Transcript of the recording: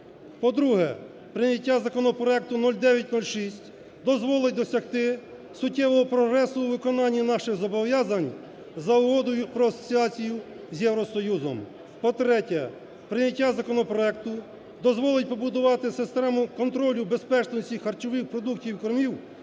По-друге, прийняття законопроекту 0906 дозволить досягти суттєвого прогресу у виконанні наших зобов'язань за Угодою про асоціацію з Євросоюзом. По-третє, прийняття законопроекту дозволить побудувати систему контролю безпечності харчових продуктів і кормів,